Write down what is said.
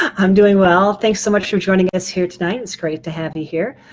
i'm doing well. thanks so much for joining us here tonight. it's great to have you here.